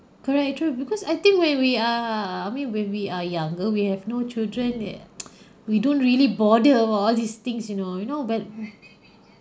correct true because I think when we are I mean when we are younger we have no children that we don't really bother about all these things you know you know but